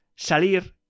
Salir